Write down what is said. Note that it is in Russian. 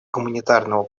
гуманитарного